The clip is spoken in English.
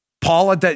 Paula